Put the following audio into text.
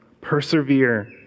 Persevere